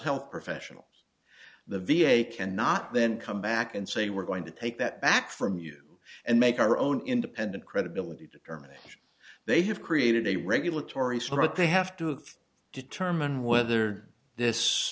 health professionals the v a cannot then come back and say we're going to take that back from you and make our own independent credibility determination they have created a regulatory structure they have to of determine whether this